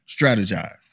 strategize